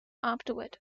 afterward